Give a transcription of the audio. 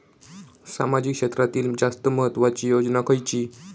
सामाजिक क्षेत्रांतील जास्त महत्त्वाची योजना खयची?